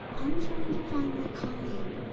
i'm trying to find my colleague.